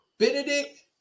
Benedict